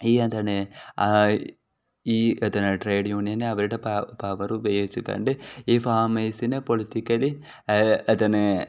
ഈ അതിന് ഈ അതിന് ട്രേഡ് യൂണിയൻ അവരുടെ പ പവർ ഉപയോഗിച്ചു കൊണ്ട് ഈ ഫാമേസിനെ പൊളിറ്റിക്കലി അതിന്